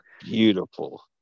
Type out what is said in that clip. Beautiful